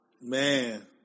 man